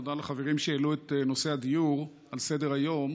תודה לחברים שהעלו את נושא הדיור על סדר-היום.